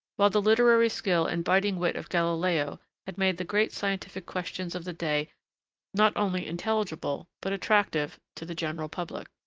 while the literary skill and biting wit of galileo had made the great scientific questions of the day not only intelligible, but attractive, to the general public.